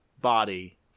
body